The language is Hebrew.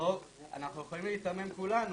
אנחנו יכולים להיתמם כולנו,